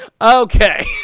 Okay